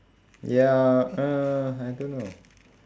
ya uh I don't know